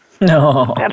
No